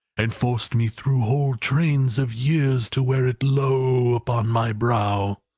and force me through whole trains of years to wear it low upon my brow!